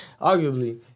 Arguably